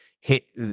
hit